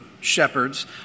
shepherds